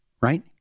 right